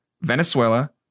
Venezuela